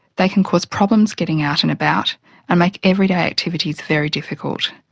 they can cause problems getting out and about and make everyday activities very difficult.